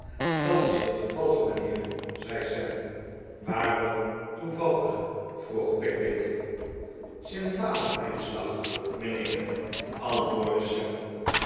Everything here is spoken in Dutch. dat is heel toevallig mijnheer zei sam waarom toevallig vroeg pickwick in al zijn dag mijnheer antwoordde sam